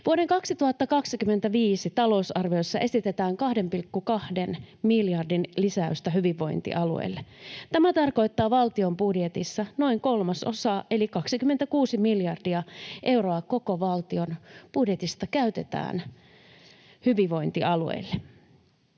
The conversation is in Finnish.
Vuoden 2025 talousarviossa esitetään 2,2 miljardin lisäystä hyvinvointialueille. Tämä tarkoittaa valtion budjetissa noin kolmasosaa, eli 26 miljardia euroa koko valtion budjetista käytetään hyvinvointialueille.